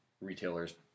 retailers